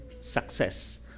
success